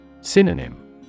Synonym